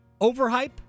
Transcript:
overhype